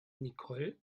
nicole